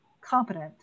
competent